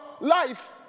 life